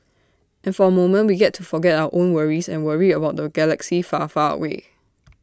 and for A moment we get to forget our own worries and worry about the galaxy far far away